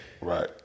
right